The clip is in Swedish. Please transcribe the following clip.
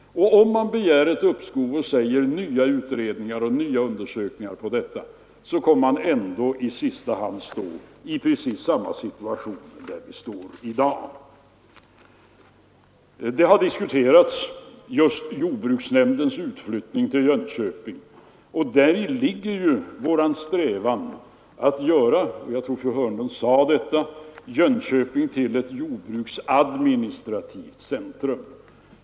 Om man begär ett uppskov och nya utredningar och undersökningar om detta, så kommer man ändå i sista hand att stå i precis samma situation där vi står i dag. Jordbruksnämndens utflyttning till Jönköping har diskuterats, och vår strävan är ju att göra — jag tror fru Hörnlund också sade detta — Jönköping till ett jordbruksadministrativt centrum.